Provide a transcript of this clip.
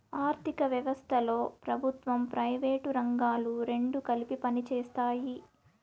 ఆర్ధిక వ్యవస్థలో ప్రభుత్వం ప్రైవేటు రంగాలు రెండు కలిపి పనిచేస్తాయి